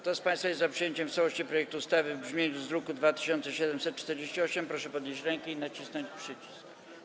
Kto z państwa jest za przyjęciem w całości projektu ustawy w brzmieniu z druku nr 2748, proszę podnieść rękę i nacisnąć przycisk.